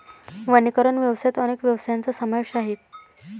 वनीकरण व्यवसायात अनेक व्यवसायांचा समावेश आहे